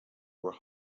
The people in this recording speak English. were